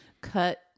cut